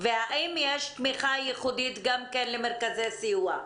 והאם יש תמיכה ייחודית גם כן למרכזי הסיוע?